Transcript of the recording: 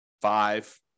five